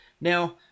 now